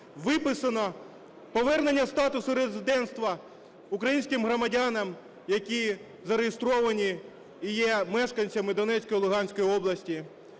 Виписано повернення статусу резидентства українським громадянам, які зареєстровані і є мешканцями Донецької і Луганської областей.